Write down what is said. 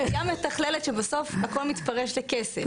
--- מתכללת שבסוף הכול מתפרש לכסף.